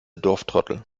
dorftrottel